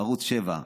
ערוץ 7,